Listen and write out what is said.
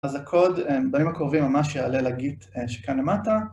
אז הקוד בימים הקרובים ממש יעלה לגיט שכאן למטה